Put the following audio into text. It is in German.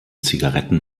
zigaretten